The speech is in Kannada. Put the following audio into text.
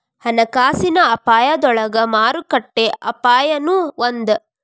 ಹಣಕಾಸಿನ ಅಪಾಯದೊಳಗ ಮಾರುಕಟ್ಟೆ ಅಪಾಯನೂ ಒಂದ್